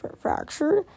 fractured